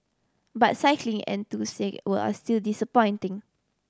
but cycling were are still disappointing